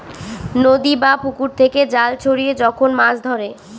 নদী বা পুকুর থেকে জাল ছড়িয়ে যখন মাছ ধরে